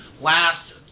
Last